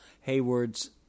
Hayward's